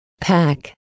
pack